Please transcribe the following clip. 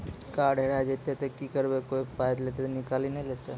Card हेरा जइतै तऽ की करवै, कोय पाय तऽ निकालि नै लेतै?